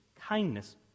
kindness